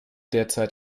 derzeit